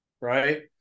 Right